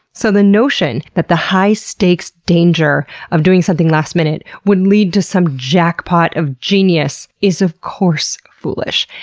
so the notion that the high stakes danger of doing something last minute would lead to some jackpot of genius is of course foolish.